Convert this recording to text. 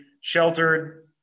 sheltered